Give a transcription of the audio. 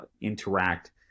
interact